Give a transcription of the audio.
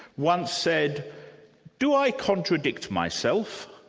once said do i contradict myself?